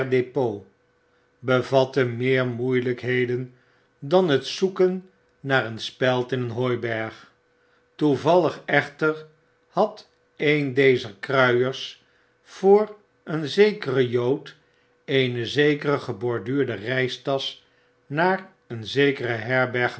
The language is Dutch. bevatte meer moeielykheden dan het zoeken naar een speld in een hooiberg toevallig echter had een dezer kruiers voor een zekeren jood een zekere geborduurde reistasch naar een zekere herberg